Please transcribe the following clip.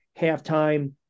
halftime